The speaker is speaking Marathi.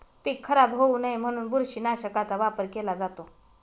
पीक खराब होऊ नये म्हणून बुरशीनाशकाचा वापर केला जातो